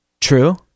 True